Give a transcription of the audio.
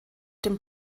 dem